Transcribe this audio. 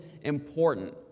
important